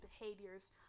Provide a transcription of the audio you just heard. behaviors